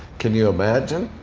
can you imagine?